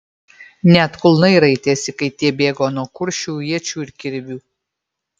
net kulnai raitėsi kai tie bėgo nuo kuršių iečių ir kirvių